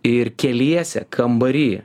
ir keliese kambary